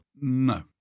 No